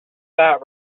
that